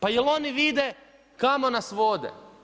Pa jel' oni vide kamo nas vode?